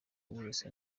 wese